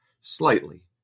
slightly